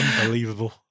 Unbelievable